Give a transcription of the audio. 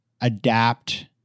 adapt